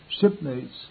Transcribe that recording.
shipmates